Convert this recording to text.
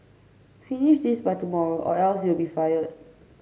finish this by tomorrow or else you'll be fired